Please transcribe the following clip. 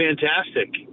fantastic